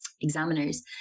examiners